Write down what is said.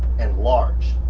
and large.